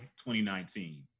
2019